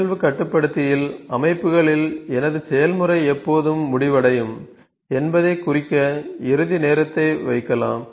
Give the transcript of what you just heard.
நிகழ்வு கட்டுப்படுத்தியில் அமைப்புகளில் எனது செயல்முறை எப்போது முடிவடையும் என்பதைக் குறிக்க இறுதி நேரத்தை வைக்கலாம்